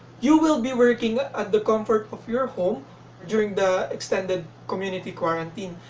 you will be working at the comfort of your home during the extended community quarantine.